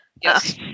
Yes